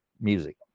music